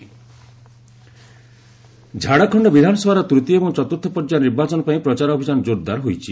Jharkhand campaign Jharkhand ବିଧାନସଭାର ତୂତୀୟ ଏବଂ ଚତୁର୍ଥ ପର୍ଯ୍ୟାୟ ନିର୍ବାଚନ ପାଇଁ ପ୍ରଚାର ଅଭିଯାନ ଜୋରଦାର ହୋଇଛି